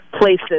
places